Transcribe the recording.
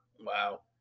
Wow